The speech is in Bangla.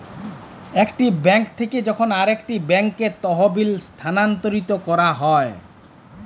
একটি বেঙ্ক থেক্যে যখন আরেকটি ব্যাঙ্কে তহবিল যখল স্থানান্তর ক্যরা হ্যয়